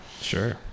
sure